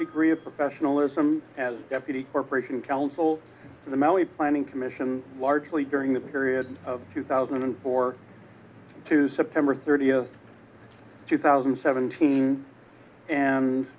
degree of professionalism as deputy corporation counsel to the planning commission largely during the period of two thousand and four to september thirtieth two thousand and seventeen and